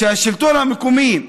השלטון המקומי,